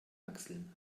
achseln